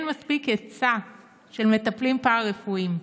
מספיק היצע של מטפלים פארה-רפואיים.